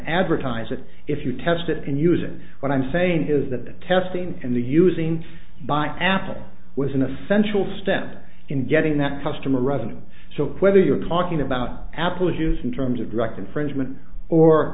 advertiser if you test it and use it what i'm saying is that the testing and the using by apple was an essential step in getting that customer revenue so whether you're talking about apple juice in terms of direct infringement or